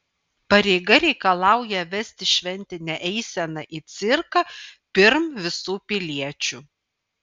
pareiga reikalauja vesti šventinę eiseną į cirką pirm visų piliečių